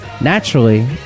Naturally